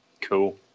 Cool